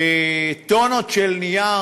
טונות של נייר,